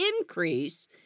increase